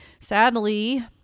Sadly